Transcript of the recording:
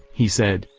he said,